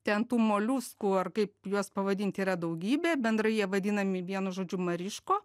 ten tų moliuskų ar kaip juos pavadint yra daugybė bendrai jie vadinami vienu žodžiu mariško